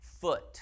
foot